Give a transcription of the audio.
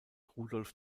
rudolf